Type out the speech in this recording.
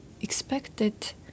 expected